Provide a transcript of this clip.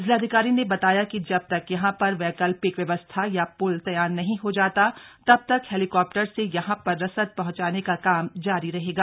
जिलाधिकारी ने बताया कि जब तक यहां पर वैकल्पिक व्यवस्था या प्ल तैयार नहीं हो जाता तब तक हैलीकॉप्टर से यहां पर रसद पहंचाने का काम जारी रहेगा